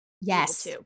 Yes